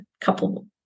couple